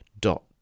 dot